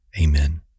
Amen